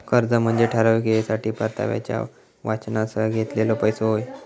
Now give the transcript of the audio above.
कर्ज म्हनजे ठराविक येळेसाठी परताव्याच्या वचनासह घेतलेलो पैसो होय